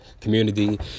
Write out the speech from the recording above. community